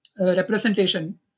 representation